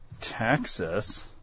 Texas